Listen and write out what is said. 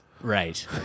Right